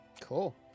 Cool